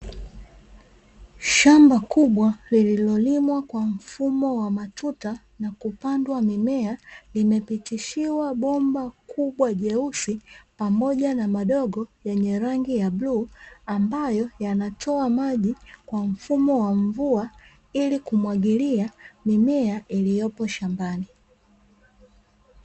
Shamba kubwa lililolimwa kwa mfumo wa matuta na kupandwa mimea, imepitishwa bomba kubwa jeusi pamoja na madogo yenye rangi ya bluu, ambayo yanatoa maji kwa mfumo wa mvua ili kumwagilia mimea iliyopo shambani.